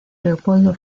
leopoldo